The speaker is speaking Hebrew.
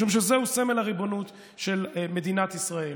משום שזהו סמל הריבונות של מדינת ישראל.